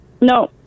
no